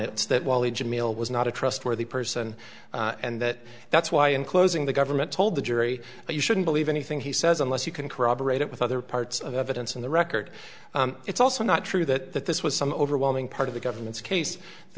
it's that while he jamil was not a trustworthy person and that that's why in closing the government told the jury you shouldn't believe anything he says unless you can corroborate it with other parts of evidence in the record it's also not true that this was some overwhelming part of the government's case the